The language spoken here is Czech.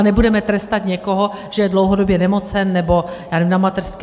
Nebudeme trestat někoho, že je dlouhodobě nemocen nebo na mateřské.